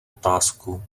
otázku